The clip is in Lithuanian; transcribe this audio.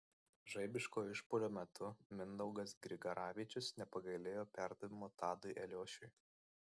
žaibiško išpuolio metu mindaugas grigaravičius nepagailėjo perdavimo tadui eliošiui